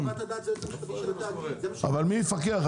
מי מפקח?